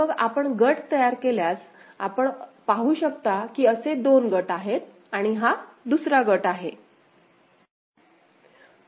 तर मग आपण गट तयार केल्यास आपण पाहू शकता असे 2 गट आहेत आणि हा दुसरा गट आहे